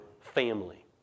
family